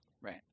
right